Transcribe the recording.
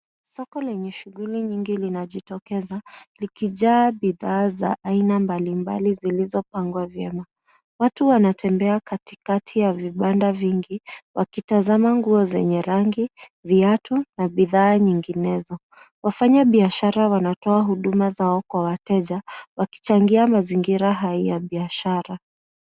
Soko lenye shughuli nyingi linajitokeza likijaa bidhaa za aina mbalimbali zilizopangwa vyema. Watu wanatembea katikati ya vibanda vingi wakitazama nguo zenye rangi, viatu na bidhaa nyinginezo. Wafanyabiashara wanatoa huduma zao kwa wateja wakichangia mazingira hai ya biashara.